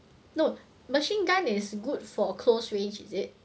no machine gun is good for close range is it